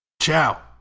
Ciao